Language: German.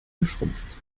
geschrumpft